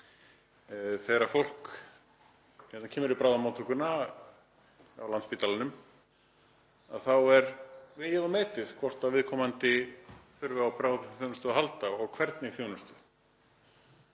Þegar fólk kemur á bráðamóttökuna á Landspítalanum er það vegið og metið hvort viðkomandi þurfi á bráðaþjónustu að halda og þá hvernig þjónustu.